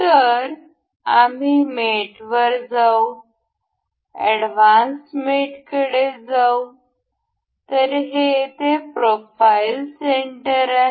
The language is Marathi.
तर आम्ही मेटवर जाऊ एडव्हान्स मेटकडे जाऊ तर हे येथे प्रोफाईल सेंटर आहे